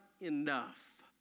enough